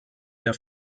der